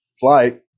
flight